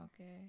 Okay